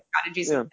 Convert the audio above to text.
strategies